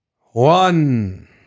One